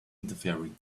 interfering